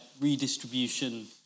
redistribution